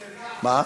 טוב,